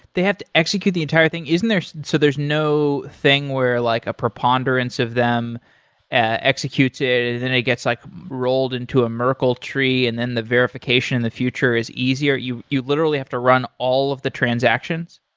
they have to execute the entire thing. there's so there's no thing where like a preponderance of them executes it, then it gets like rolled into a merkle tree and then the verification in the future is easier. you you literally have to run all of the transactions?